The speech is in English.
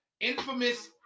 infamous